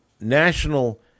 national